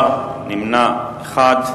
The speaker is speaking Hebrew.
בעד, 14, נמנע אחד.